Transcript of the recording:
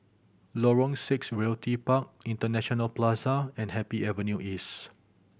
Lorong Six Realty Park International Plaza and Happy Avenue East